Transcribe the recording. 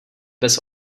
bez